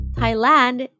Thailand